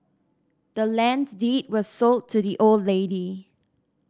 the land's deed was sold to the old lady